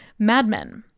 mad men.